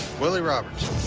willie robertson,